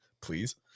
Please